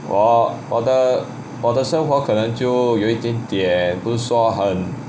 我我的我的生活可能就有一点点不是说很